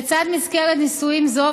לצד מסגרת נישואים זו,